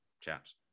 chaps